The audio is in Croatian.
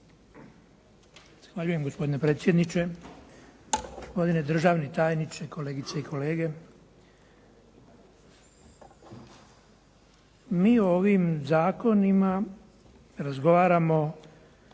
Zahvaljujem, gospodine predsjedniče. Gospodine državni tajniče, kolegice i kolege. Mi o ovim zakonima razgovaramo